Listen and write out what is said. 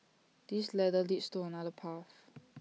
this ladder leads to another path